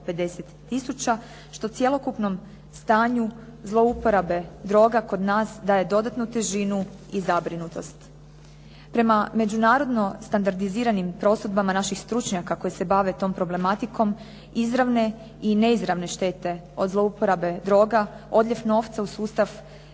što cjelokupnom stanju zlouporabe droga kod nas daje dodatnu težinu i zabrinutost. Prema međunarodno standardiziranim prosudbama naših stručnjaka koji se bave tom problematikom izravne i neizravne štete od zlouporabe droga, odljev novca u sustav